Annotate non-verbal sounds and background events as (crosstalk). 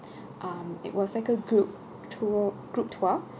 (breath) um it was like a group tou~ group tour